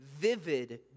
vivid